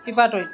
পিপাতৰিত